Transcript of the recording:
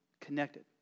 connected